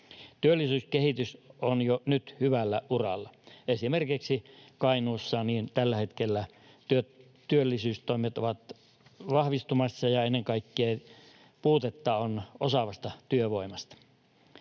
Työllisyyskehitys on jo nyt hyvällä uralla. Esimerkiksi Kainuussa tällä hetkellä työllisyystoimet ovat vahvistumassa ja ennen kaikkea puutetta on osaavasta työvoimasta,